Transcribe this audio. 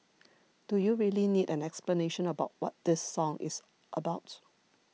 do you really need an explanation about what this song is about